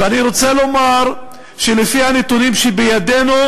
ואני רוצה לומר שלפי הנתונים שבידינו,